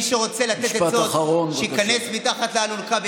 מי שרוצה לתת עצות, שייכנס מתחת לאלונקה.